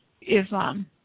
Islam